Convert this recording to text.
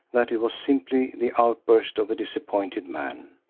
that it was simply the outburst of a disappointed man.